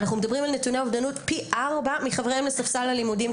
אנחנו מדברים על נתוני אובדנות פי ארבע מחבריהם לספסל הלימודים,